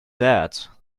that